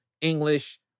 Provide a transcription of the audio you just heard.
English